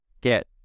get